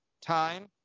time